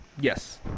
Yes